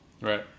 Right